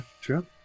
true